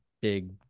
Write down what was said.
big